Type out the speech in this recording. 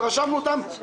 ורשמנו אותם.